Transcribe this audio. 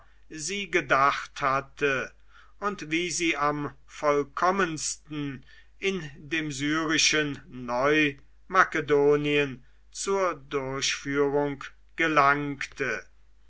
sie gedacht hatte und wie sie am vollkommensten in dem syrischen neu makedonien zur durchführung gelangte